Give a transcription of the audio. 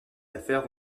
affaires